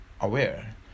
aware